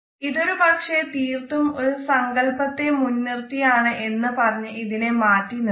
ഇത് ഒരു പക്ഷെ തീർത്തും ഒരു സങ്കല്പത്തെ മുൻ നിർത്തിയാണ് എന്ന് പറഞ്ഞ് ഇതിനെ മാറ്റിനിർത്താം